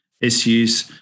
issues